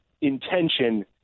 intention